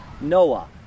Noah